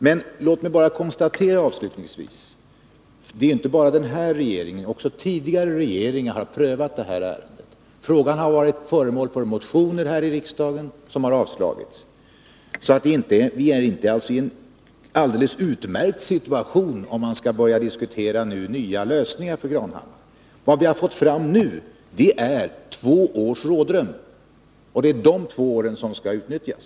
Låt mig avslutningsvis konstatera att det inte bara är den här regeringen utan även tidigare regeringar som har prövat detta ärende. Frågan har varit föremål för motioner här i riksdagen som har avslagits. Vi har inte ett alldeles utmärkt utgångsläge om vi skall börja diskutera nya lösningar för Granhammars slott. Vad vi har fått fram nu är två års rådrum, och det är dessa två år som skall utnyttjas.